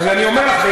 אני אומר לך,